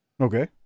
Okay